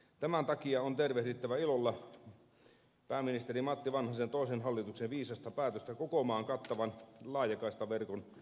tämän takia on tervehdittävä ilolla pääministeri matti vanhasen toisen hallituksen viisasta päätöstä koko maan kattavan laajakaistaverkon rakentamisesta